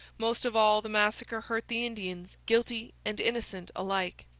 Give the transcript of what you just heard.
most of all, the massacre hurt the indians, guilty and innocent alike.